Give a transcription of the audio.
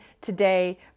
today